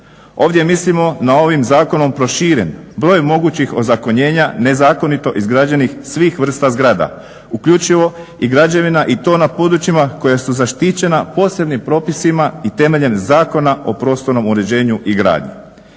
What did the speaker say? Ovdje mislimo na ovim zakonom proširen broj mogućih ozakonjenja nezakonito izgrađenih svih vrsta zgrada, uključivo i građevina i to na područjima koja su zaštićena posebnim propisima i temeljem Zakona o prostornom uređenju i gradnji.